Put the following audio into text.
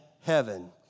heaven